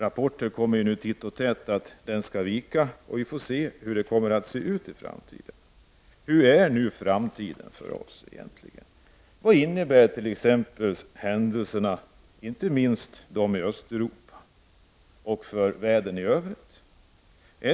Det kommer dock titt och tätt rapporter om att den skall vika. Hurdan ser då framtiden för oss ut? Vad innebär händelserna i Östeuropa och i världen i övrigt?